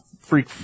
freak